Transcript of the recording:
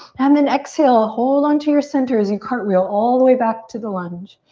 and then exhale, hold on to your center as you cartwheel all the way back to the lunge.